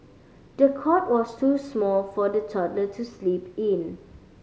the cot was too small for the toddler to sleep in